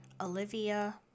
Olivia